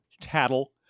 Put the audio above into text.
tattle